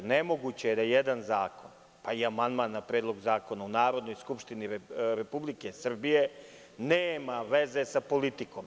Nemoguće je da jedan zakon, a i amandman na Predlog zakona u Narodnoj skupštini Republike Srbije nema veze sa politikom.